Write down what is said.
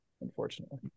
unfortunately